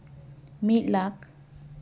ᱢᱤᱫ ᱞᱟᱠᱷ